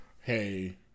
hey